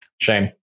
Shame